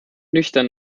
nüchtern